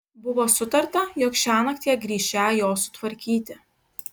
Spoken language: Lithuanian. buvo sutarta jog šiąnakt jie grįšią jo sutvarkyti